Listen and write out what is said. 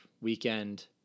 weekend